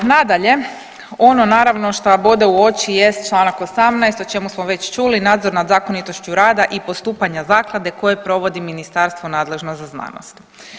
Nadalje, ono naravno šta bode u oči jest čl. 18. o čemu smo već čuli nadzor nad zakonitošću rada i postupanja zaklade koje provodi ministarstvo nadležno za znanost.